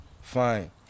fine